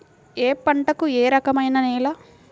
ఏ పంటకు ఏ రకమైన నేల?